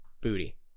booty